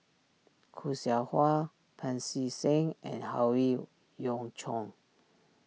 Khoo Seow Hwa Pancy Seng and Howe Yoon Chong